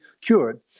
cured